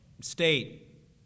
state